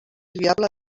viable